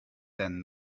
then